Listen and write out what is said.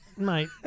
Mate